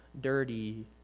dirty